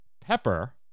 Pepper